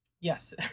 Yes